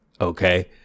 okay